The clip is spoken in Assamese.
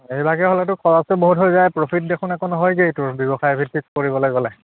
এইভাগে হ'লেতো খৰচটো বহুত হৈ যায় প্ৰফিট দেখোন একো নহয়গৈয়ে তোৰ ব্যৱসায় ভিত্তিত কৰিবলৈ গ'লে